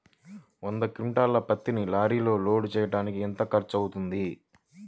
వంద క్వింటాళ్ల పత్తిని లారీలో లోడ్ చేయడానికి ఎంత ఖర్చవుతుంది?